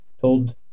told